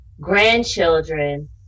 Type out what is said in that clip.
grandchildren